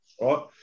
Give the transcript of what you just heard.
Right